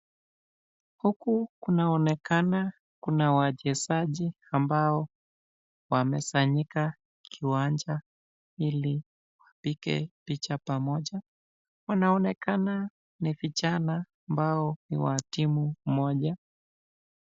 Huku kunaonekana kuna wachezaji ambao wamesanyika kiwanja ili wapige picha pamoja. Wanaonekana ni vijana ambao ni wa timu moja.